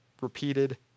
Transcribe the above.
repeated